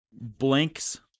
blanks